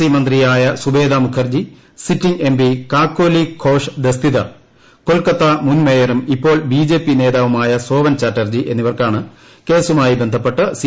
C മന്ത്രിയായ Subrata Mukherjee sitting എംപ്പികക്കോലി ഘോഷ് ദസ്തിദർ കൊൽക്കത്ത മുൻ മേയറും ഇപ്പോൾ ബിജെപി നേതാവുമായ സോവൻ ചാറ്റർജി എന്നിവർക്കാണ് ഏക്സ്മുമായി ബന്ധപ്പെട്ട് സി